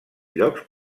llocs